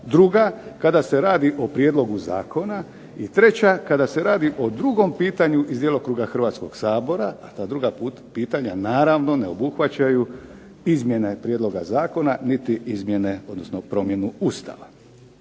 druga kada se radi o prijedlogu zakona i treća kada se radi o drugom pitanju iz djelokruga Hrvatskog sabora, a ta druga pitanja naravno ne obuhvaćaju izmjene prijedloga zakona, niti izmjena, odnosno promjenu Ustava.